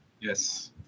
Yes